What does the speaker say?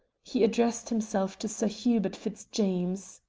he addressed himself to sir hubert fitzjames.